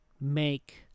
make